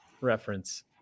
reference